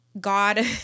God